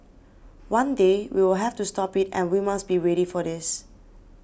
one day we will have to stop it and we must be ready for this